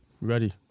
ready